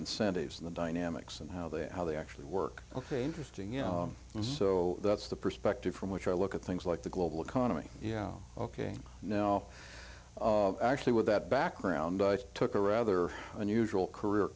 incentives in the dynamics and how they how they actually work ok interesting you know and so that's the perspective from which i look at things like the global economy yeah ok now actually with that background i took a rather unusual career